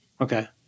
Okay